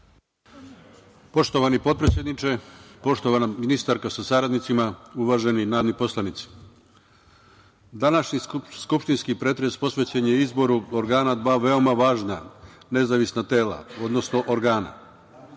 Poštovani potpredsedniče, poštovana ministarko sa saradnicima, uvaženi narodni poslanici, današnji skupštinski pretres posvećen je izboru organa dva veoma važna nezavisna tela, odnosno organa. Narodna